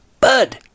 Bud